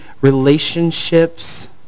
relationships